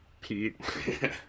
Pete